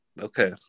Okay